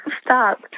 stop